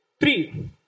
Three